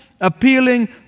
appealing